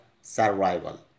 survival